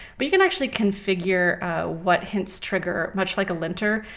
but you can actually configure what hints trigger, much like a linter,